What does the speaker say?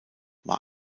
war